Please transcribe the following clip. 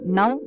now